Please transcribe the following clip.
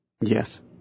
Yes